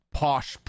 posh